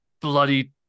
bloody